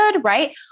right